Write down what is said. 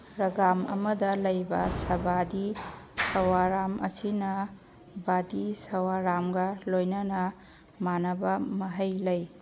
ꯔꯥꯒ꯭ꯔꯥꯝ ꯑꯃꯗ ꯂꯩꯕ ꯁꯥꯕꯥꯗꯤ ꯁꯥꯋꯥꯔꯥꯝ ꯑꯁꯤꯅ ꯕꯥꯗꯤ ꯁꯥꯋꯥꯔꯥꯝꯒ ꯂꯣꯏꯅꯅ ꯃꯥꯅꯕ ꯃꯍꯩ ꯂꯩ